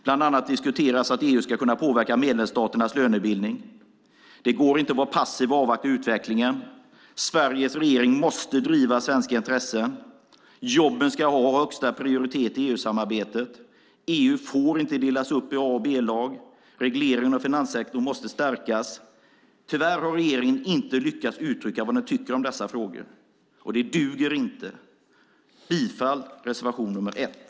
Bland annat diskuteras att EU ska kunna påverka medlemsstaternas lönebildning. Det går inte att vara passiv och avvakta utvecklingen. Sveriges regering måste driva svenska intressen. Jobben ska ha högsta prioritet i EU-samarbetet. EU får inte delas upp i A och B-lag. Regleringen av finanssektorn måste stärkas. Tyvärr har regeringen inte lyckats uttrycka vad den tycker i dessa frågor. Det duger inte. Jag yrkar bifall till reservation nr 1.